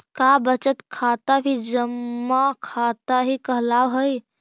का बचत खाता भी जमा खाता ही कहलावऽ हइ?